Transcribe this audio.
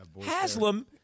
Haslam